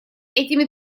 этими